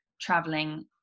traveling